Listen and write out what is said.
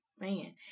Man